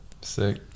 sick